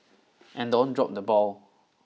and don't drop the ball